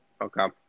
Okay